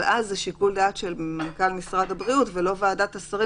אבל אז זה שיקול דעת של משרד הבריאות ולא של ועדת השרים,